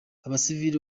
abasivili